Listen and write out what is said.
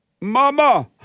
mama